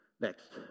next